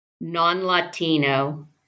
non-Latino